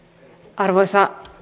arvoisa